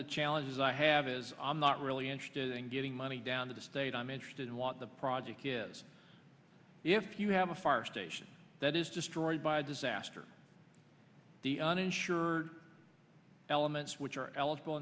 the challenges i have is i'm not really interested in getting money down to the state i'm interested in what the project is if you have a far station that is destroyed by a disaster the uninsured elements which are eligible